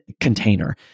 container